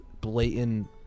blatant